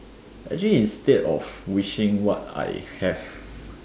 actually instead of wishing what I have